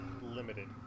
Limited